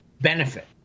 benefit